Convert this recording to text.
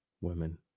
women